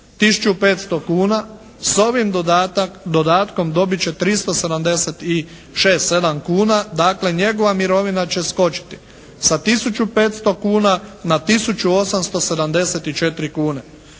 500 kuna, s ovim dodatkom dobit će 376, 7 kuna. Dakle njegova mirovina će skočiti sa tisuću 500 kuna na tisuću 874 kune.